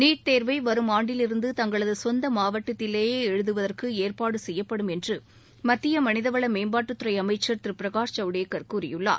NEET தேர்வை வரும் ஆண்டிலிருந்து தங்களது சொந்த மாவட்டத்திலேயே எழுதுவதற்கு ஏற்பாடு செய்யப்படும் என்று மத்திய மனிதவள மேம்பாட்டுத்துறை திரு பிரகாஷ் ஜவ்டேக்கர் கூறியுள்ளார்